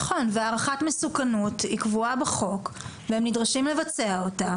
נכון והערכת מסוכנות היא קבועה בחוק והם נדרשים לבצע אותה,